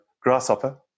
grasshopper